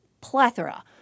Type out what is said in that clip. plethora